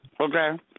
okay